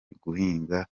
guhinga